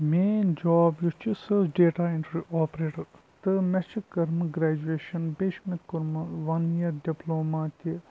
میٛٲنۍ جاب یُس چھِ سُہ ٲس ڈیٹا اٮ۪نٹرٛی آپریٹَر تہٕ مےٚ چھِ کٔرمٕژ گرٛیجویشَن بیٚیہِ چھُ مےٚ کوٚرمُت وَن یِیَر ڈِپلوما تہِ